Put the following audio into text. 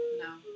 No